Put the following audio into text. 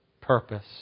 purpose